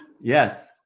Yes